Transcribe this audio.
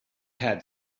had